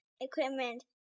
equipment